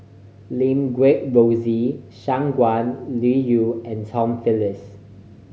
Lim Guat Rosie Shangguan Liuyun and Tom Phillips